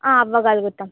అవగలుగుతాం